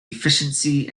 efficiency